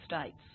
States